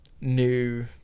new